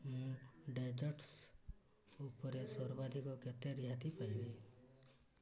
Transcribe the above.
ମୁଁ ଡେଜର୍ଟ୍ସ୍ ଉପରେ ସର୍ବାଧିକ କେତେ ରିହାତି ପାଇବି